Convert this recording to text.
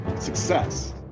Success